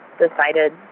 decided